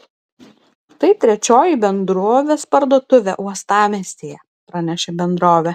tai trečioji bendrovės parduotuvė uostamiestyje pranešė bendrovė